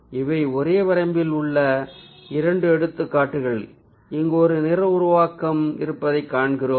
இவை ஒரே வரம்பில் உள்ள இரண்டு எடுத்துக்காட்டுகள் இங்கு ஒரு நிற உருவாக்கம் இருப்பதைக் காண்கிறோம்